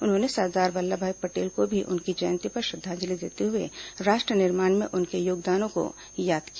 उन्होंने सरदार वल्लभभाई पटेल को भी उनकी जयंती पर श्रद्वांजलि देते हुए राष्ट्र निर्माण में उनके योगदानों को याद किया